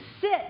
sit